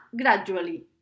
gradually